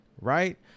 Right